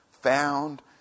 found